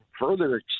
further